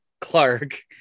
Clark